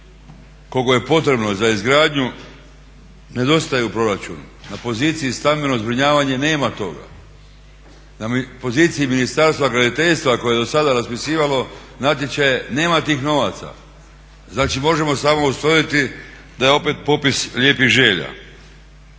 koliko je potrebno za izgradnju nedostaje u proračunu. Na poziciji stambeno zbrinjavanje nema toga, na poziciji Ministarstva graditeljstva koje je do sada raspisivalo natječaje nema tih novaca. Znači možemo samo ustvrditi da je opet popis lijepih želja.